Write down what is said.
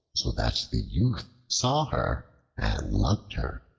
so that the youth saw her and loved her,